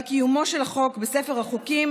אבל קיומו של החוק בספר החוקים,